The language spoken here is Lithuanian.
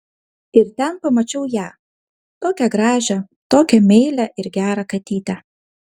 ir ten pamačiau ją tokią gražią tokią meilią ir gerą katytę